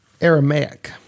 Aramaic